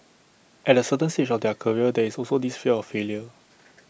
at A certain stage of their career there is also this fear of failure